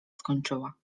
skończyła